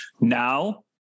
Now